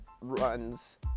runs